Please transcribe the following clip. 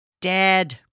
Dead